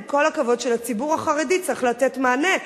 עם כל הכבוד לציבור החרדי שצריך לתת לו מענה,